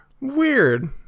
weird